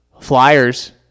flyers